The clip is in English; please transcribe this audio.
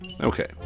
Okay